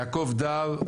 יעקב דר,